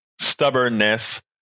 stubbornness